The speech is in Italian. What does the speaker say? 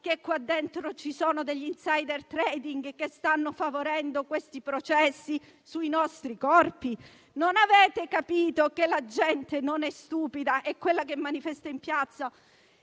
che qua dentro ci sono degli *insider trading* che stanno favorendo questi processi sui nostri corpi? Non avete capito che la gente non è stupida e quella che manifesta in piazza